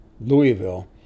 Louisville